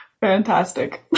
Fantastic